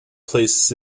places